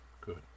good